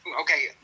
okay